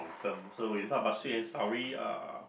so it's not about sweet and savoury uh